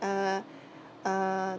uh uh